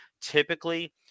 Typically